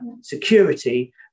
security